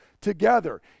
together